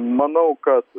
manau kad